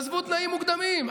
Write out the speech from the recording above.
עזבו תנאים מוקדמים,